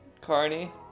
carney